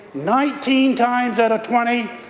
nineteen times out of twenty,